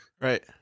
Right